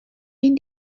been